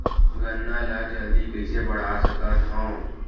गन्ना ल जल्दी कइसे बढ़ा सकत हव?